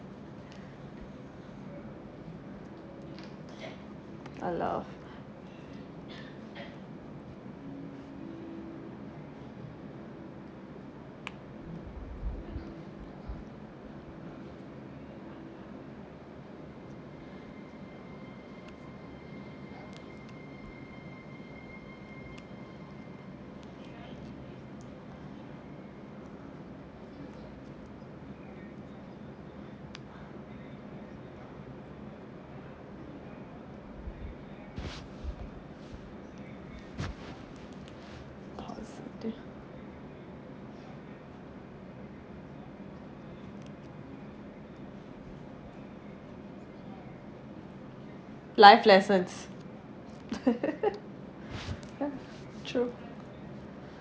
I love positive life lessons ya true